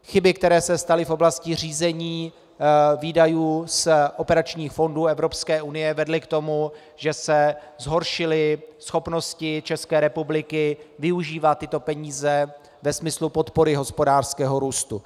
Chyby, které se staly v oblasti řízení výdajů z operačních fondů Evropské unie vedly k tomu, že se zhoršily schopnosti České republiky využívat tyto peníze ve smyslu podpory hospodářského růstu.